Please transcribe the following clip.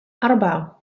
أربعة